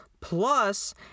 plus